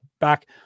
Back